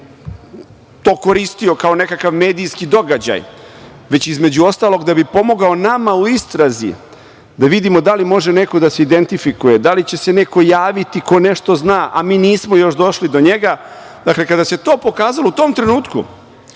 to koristio kao nekakav medijski događaj, već između ostalog, da bi pomogao nama u istrazi da vidimo da li može neko da se identifikuje, da li će se neko javiti ko nešto zna, a mi nismo još došli do njega. Dakle, kada se to pokazalo u tom trenutku,